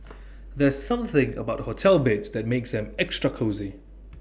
there's something about hotel beds that makes them extra cosy